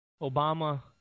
Obama